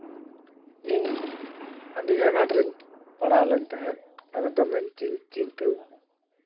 ᱤᱧ ᱟᱹᱰᱤ ᱟᱱᱟᱴᱨᱤᱧ ᱯᱟᱲᱟᱣ ᱞᱮᱱ ᱛᱟᱦᱮᱸᱫ ᱟᱫᱚ ᱫᱚᱢᱮᱧ ᱪᱤᱱᱛᱟᱹ